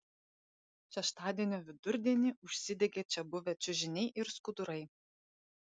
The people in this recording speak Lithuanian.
šeštadienio vidurdienį užsidegė čia buvę čiužiniai ir skudurai